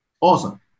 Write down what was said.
Awesome